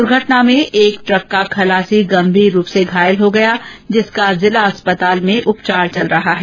दुर्घेटना में एक ट्रक का खलासी गम्भीर रूप से घायल हो गया जिसका जिला अस्पताल में उपचार चल रहा है